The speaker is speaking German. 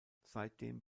seitdem